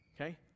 Okay